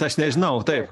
aš nežinau taip